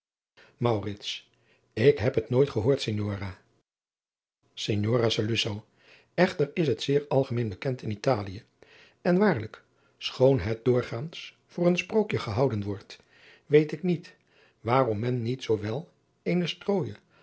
ik heb het nooit gehoord signora signora saluzzo echter is het zeer algemeen adriaan loosjes pzn het leven van maurits lijnslager bekend in italie en waarlijk schoon het doorgaans voor een sprookje gehouden wordt weet ik niet waarom men niet zoowel eene strooijen